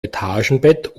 etagenbett